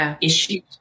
issues